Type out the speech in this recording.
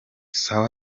sawa